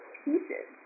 pieces